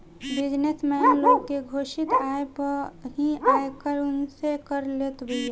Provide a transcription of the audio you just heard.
business man लोग के घोषित आय पअ ही आयकर उनसे कर लेत बिया